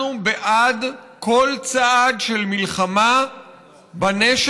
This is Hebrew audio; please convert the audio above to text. הללו קרויות מדינות דמוקרטיות,